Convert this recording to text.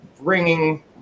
bringing